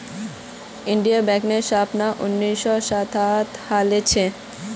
Indian बैंकेर स्थापना उन्नीस सौ सातत हल छिले